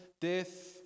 death